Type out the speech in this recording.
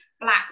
black